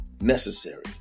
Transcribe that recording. necessary